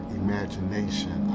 imagination